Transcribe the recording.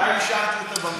אולי השארתי אותה במשרד.